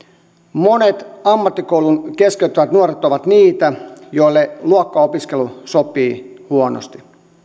monet ammattikoulun keskeyttäneet nuoret ovat niitä joille luokkaopiskelu sopii huonosti